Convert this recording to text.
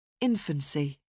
Infancy